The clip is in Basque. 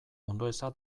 ondoeza